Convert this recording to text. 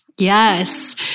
Yes